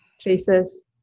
places